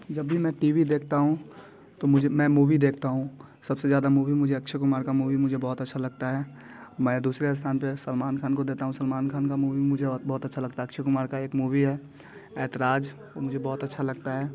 जब भी मैं टी वी देखता हूँ तो मुझे मैं मूवी देखता हूँ सबसे ज़्यादा मूवी मुझे अक्षय कुमार का मूवी मुझे बहुत अच्छा लगता है मैं दूसरे स्थान पर सलमान खान को देता हूँ सलमान खान का मूवी मुझे और बहुत अच्छा लगता है अक्षय कुमार का एक मूवी है एतराज मुझे बहुत अच्छा लगता है